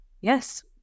Yes